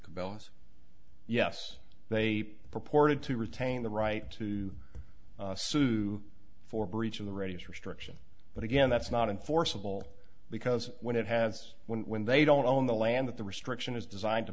bellows yes they purported to retain the right to sue for breach of the ratings restriction but again that's not enforceable because when it has one when they don't own the land that the restriction is designed to